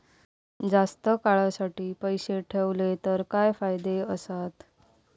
जास्त काळासाठी पैसे ठेवले तर काय फायदे आसत?